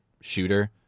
shooter